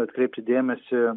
atkreipti dėmesį